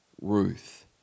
Ruth